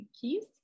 Keys